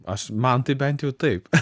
aš man tai bent jau taip